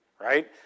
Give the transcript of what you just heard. Right